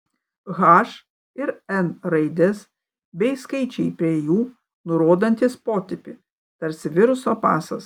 h ir n raidės bei skaičiai prie jų nurodantys potipį tarsi viruso pasas